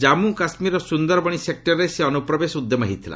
ଜାନ୍ମୁ କାଶ୍ମୀରର ସୁନ୍ଦରବଣି ସେକ୍ଟରରେ ସେହି ଅନୁପ୍ରବେଶ ଉଦ୍ୟମ ହୋଇଥିଲା